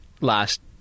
last